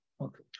Okay